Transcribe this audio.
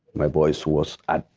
my voice was at.